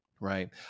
right